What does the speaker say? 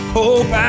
hope